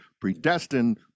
predestined